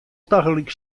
tagelyk